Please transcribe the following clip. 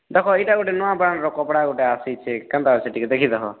ଦେଖ ଏଇଟା ଗୋଟେ ନୂଆ ବ୍ରାଣ୍ଡ୍ର କପଡ଼ା ଗୋଟେ ଆସିଛେ କେନ୍ତା ଅଛେ ଟିକେ ଦେଖ